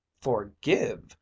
forgive